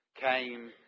came